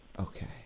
okay